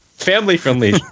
Family-friendly